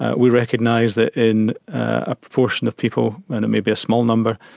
ah we recognise that in a proportion of people, and it may be a small number,